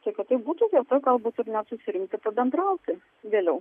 tai kad tai būtų vieta galbūt ir net susirinkti pabendrauti vėliau